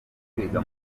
kwiga